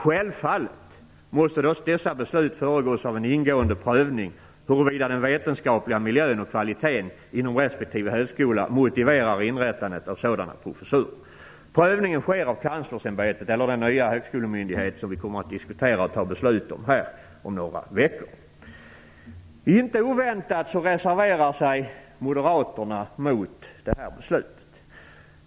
Självfallet måste dessa beslut föregås av en ingående prövning huruvida den vetenskapliga miljön och kvaliteten inom respektive högskola motiverar inrättandet av sådana professurer. Prövningen sker av Kanslersämbetet eller den nya högskolemyndighet som vi kommer att diskutera och fatta beslut om här i kammaren om några veckor. Inte oväntat reserverar sig Moderaterna mot beslutet.